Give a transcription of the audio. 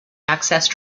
accessed